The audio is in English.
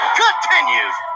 continues